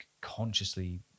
consciously